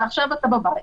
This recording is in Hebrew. ועכשיו אתה בבית.